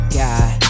god